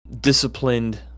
disciplined